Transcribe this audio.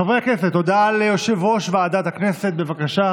חברי הכנסת, הודעה ליושב-ראש ועדת הכנסת.